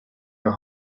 your